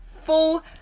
Full